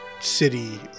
city